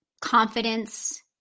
confidence